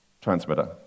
transmitter